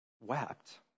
wept